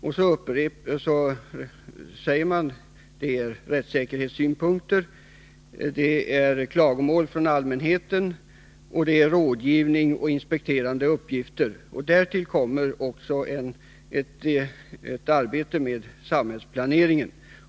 Man nämner i detta sammanhang rättssäkerhetssynpunkter, handläggning av klagomål från allmänheten, rådgivning och inspekterande uppgifter. Därtill kommer också arbetet med samhällsplaneringen.